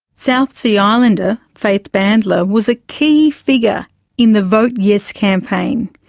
south sea islander faith bandler was a key figure in the vote yes campaign.